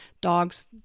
dogs